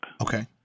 Okay